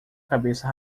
cabeça